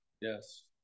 yes